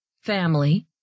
family